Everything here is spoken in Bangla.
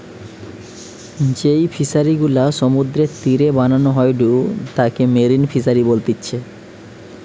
যেই ফিশারি গুলা সমুদ্রের তীরে বানানো হয়ঢু তাকে মেরিন ফিসারী বলতিচ্ছে